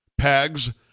pags